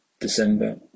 December